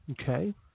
Okay